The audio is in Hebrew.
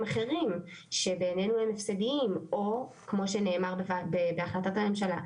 אחרים שבעינינו הם הפסדים או כמו שנאמר בהחלטת הממשלה,